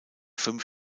fünf